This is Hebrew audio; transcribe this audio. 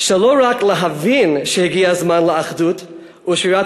של לא רק להבין שהגיע הזמן לאחדות ושבירת